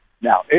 Now